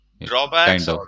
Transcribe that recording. drawbacks